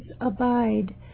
abide